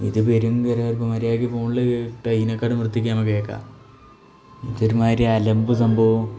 ഇത് വെറും കരകരപ്പ് മര്യാദയ്ക്ക് ഫോണിൽ ഇട്ടാൽ ഇതിനെക്കാട്ടിയും വൃത്തിക്ക് നമ്മൾക്ക് കേൾക്കാം ഇതൊരുമാതിരി അലമ്പ് സംഭവം